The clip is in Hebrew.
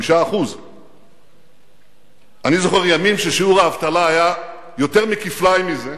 5%. אני זוכר ימים ששיעור האבטלה היה יותר מכפליים מזה.